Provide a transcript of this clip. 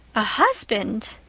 a husband!